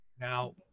Now